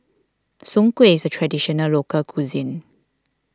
Soon Kuih is a Traditional Local Cuisine